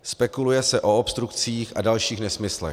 Spekuluje se o obstrukcích a dalších nesmyslech.